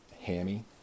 hammy